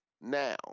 Now